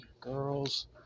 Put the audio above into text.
Girls